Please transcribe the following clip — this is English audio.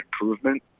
improvement